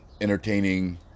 entertaining